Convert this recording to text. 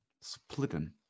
splitting